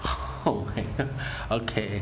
oh okay